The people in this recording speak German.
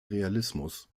realismus